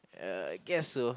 uh guess so